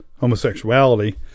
homosexuality